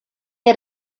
had